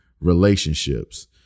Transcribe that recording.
relationships